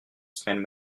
spend